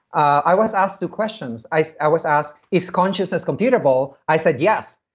i was asked two questions. i i was asked, is consciousness computable? i said yes.